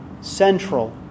central